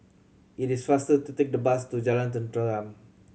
it is faster to take the bus to Jalan Tenteram